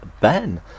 ben